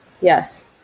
yes